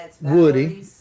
Woody